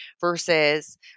versus